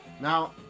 Now